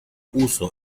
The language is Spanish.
uso